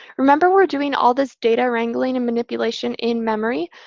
remember, we're doing all this data wrangling and manipulation in memory.